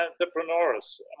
entrepreneurs